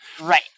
Right